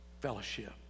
Fellowship